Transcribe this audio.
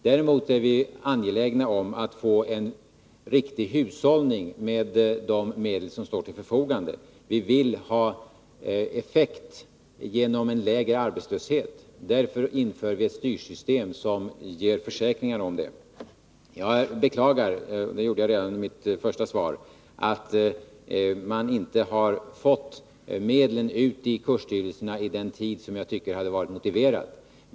Däremot är vi angelägna om att få en riktig hushållning med de medel som står till förfogande. Vi vill ha effekt genom en lägre arbetslöshet. Därför inför vi ett styrsystem som ger försäkringar om det. Jag beklagar — det gjorde jag redan i mitt första svar — att man inte har fått medlen ut i kursstyrelserna i den tid som jag tycker att det hade varit motiverat.